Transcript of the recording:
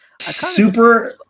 super